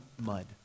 mud